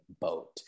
boat